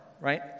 right